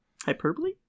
Hyperbole